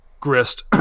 grist